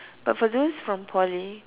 but for those from Poly